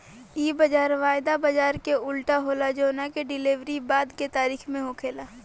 इ बाजार वायदा बाजार के उल्टा होला जवना में डिलेवरी बाद के तारीख में होखेला